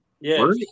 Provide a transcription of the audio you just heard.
Yes